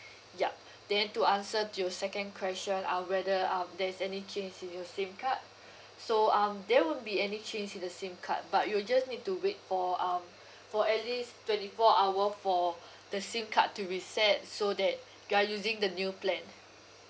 ya then to answer to your second question uh whether um there is any change in your SIM card so um there won't be any change in the SIM card but you'll just need to wait for um for at least twenty four hour for the SIM card to reset so that you are using the new plan